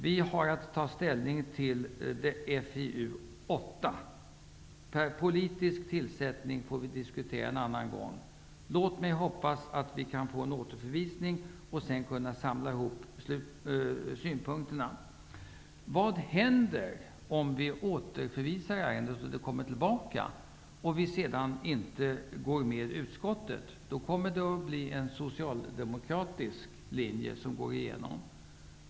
Vi har att ta ställning till finansutskottets betänkande 8. Politisk tillsättning får vi diskutera en annan gång. Låt mig hoppas att vi kan få en återförvisning och sedan kunna samla ihop synpunkterna. Vad händer om vi återförvisar ärendet och det kommer tillbaka, och vi sedan inte går på samma linje som utskottets majoritet? Då kommer det att bli en socialdemokratisk linje som går igenom.